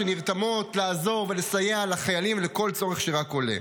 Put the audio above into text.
שנרתמות לעזור ולסייע לחיילים ובכל צורך שרק עולה.